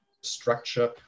structure